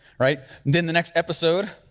right? then the next episode,